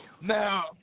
Now